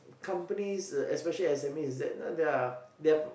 companies uh especially S_M_Es is that you know there are their